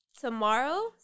tomorrow